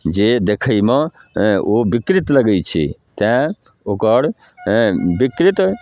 जे देखैमे हेँ ओ विकृत लगै छै तेँ ओकर हेँ विकृत